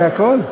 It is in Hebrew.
זה הכול?